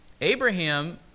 Abraham